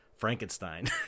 Frankenstein